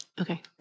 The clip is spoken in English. Okay